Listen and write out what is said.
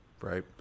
Right